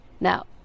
Now